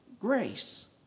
grace